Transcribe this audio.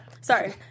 Sorry